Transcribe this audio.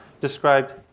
described